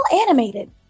animated